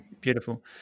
Beautiful